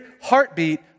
heartbeat